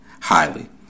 highly